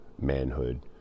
manhood